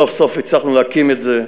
סוף-סוף הצלחנו להקים את זה.